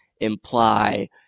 imply